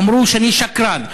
אמרו שאני שקרן,